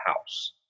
house